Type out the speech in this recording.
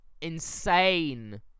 Insane